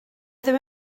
ddim